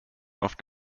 oft